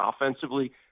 offensively